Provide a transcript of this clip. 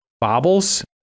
bobbles